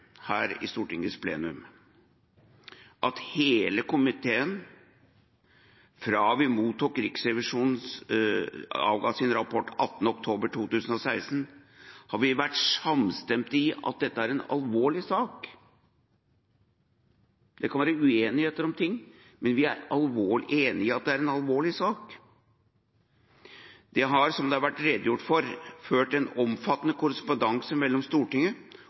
her i Stortingets plenum at hele komiteen, fra Riksrevisjonen avga sin rapport 18. oktober 2016, har vært samstemte i at dette er en alvorlig sak. Det kan være uenigheter om ting, men vi er enige om at det er en alvorlig sak. Det har, som det har vært redegjort for, vært ført en omfattende korrespondanse mellom Stortinget